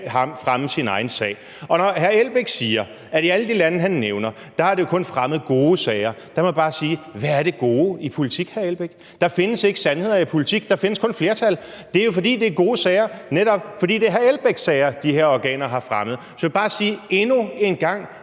pluralistiske hensyn. Når hr. Uffe Elbæk siger, at i alle de lande, han nævner, har det kun fremmet gode sager, så må jeg bare sige: Hvad er det gode i politik, hr. Uffe Elbæk? Der findes ikke sandheder i politik. Der findes kun flertal. Det er gode sager, netop fordi det er hr. Uffe Elbæks sager, de her organer har fremmet. Så jeg vil bare sige: Endnu en gang